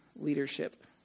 leadership